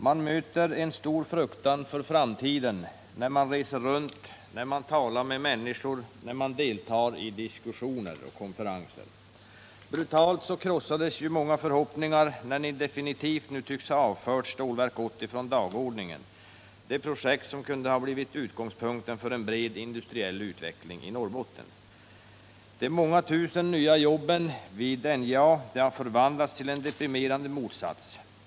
Man möter en stor fruktan för framtiden när man reser runt, när man talar med människor, när man deltar i diskussioner och konferenser. Brutalt krossades många förhoppningar när ni nu defintivt tycks ha avfört Stålverk 80 från dagordningen, det projekt som kunde ha blivit utgångspunkten för en bred industriell utveckling i Norrbotten. De många tusen nya jobben vid NJA har förvandlats till en deprimerande motsats.